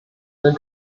den